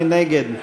מי נגד?